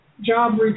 job